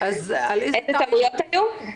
איזה טעויות היו?